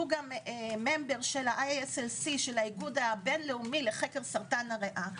שהוא גם חבר של האיגוד הבין-לאומי לחקר סרטן הריאה,